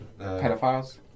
pedophiles